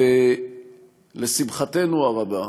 לשמחתנו הרבה,